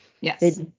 Yes